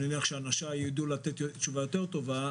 אני מניח שאנשי יוכלו לתת תשובה יותר מלאה.